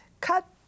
Cut